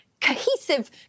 cohesive